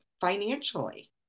financially